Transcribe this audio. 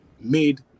made